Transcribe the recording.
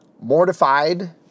mortified